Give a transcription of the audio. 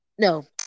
no